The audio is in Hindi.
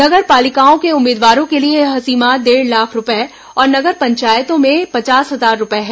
नगर पालिकाओं के उम्मीदवारों के लिए यह सीमा डेढ़ लाख रूपए और नगर पंचायतों में पचास हजार रूपए है